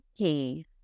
Okay